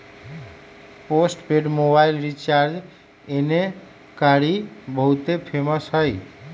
postpaid mobile recharge एन्ने कारि बहुते फेमस हई